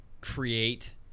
create